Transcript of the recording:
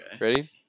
Ready